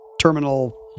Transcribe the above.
terminal